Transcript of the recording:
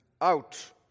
out